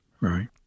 Right